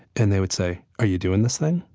and they would say, are you doing this thing?